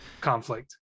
conflict